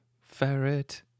ferret